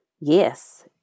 Yes